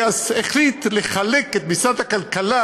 הוא החליט לחלק את משרד הכלכלה,